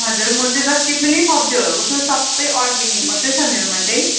हजुर म चाहिँ जत्ति पनि सब्जीहरू लगाउँछु सबै अर्ग्यानिक मात्रै छ मेरोमा चाहिँ